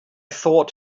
thought